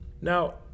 Now